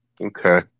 Okay